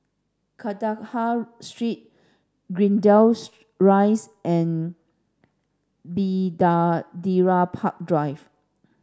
Kandahar Street Greendale's Rise and Bidadari Park Drive